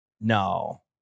No